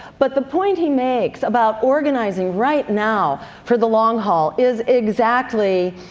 but the point he makes about organizing right now for the long haul is exactly,